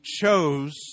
chose